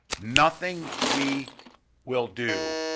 nothing we will do,